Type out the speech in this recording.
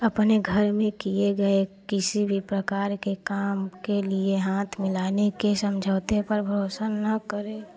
अपने घर में किए गए किसी भी प्रकार के काम के लिए हाँथ मिलाने के समझौते पर भरोसा ना करे